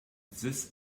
this